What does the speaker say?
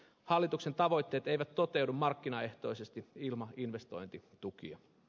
hallituksen tavoitteet eivät toteudu markkinaehtoisesti ilman investointitukia